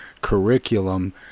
curriculum